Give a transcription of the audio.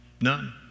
None